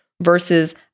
versus